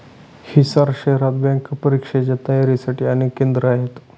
हिसार शहरात बँक परीक्षांच्या तयारीसाठी अनेक केंद्रे आहेत